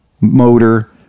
motor